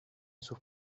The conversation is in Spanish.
sus